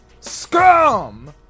Scum